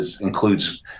includes